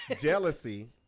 jealousy